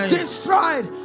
destroyed